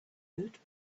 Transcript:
route